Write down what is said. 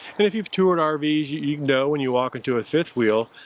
and if you've toured ah rvs, you you know when you walk into a fifth wheel,